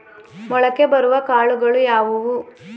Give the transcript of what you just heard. ಮೊಳಕೆ ಬರುವ ಕಾಳುಗಳು ಯಾವುವು?